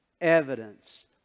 evidence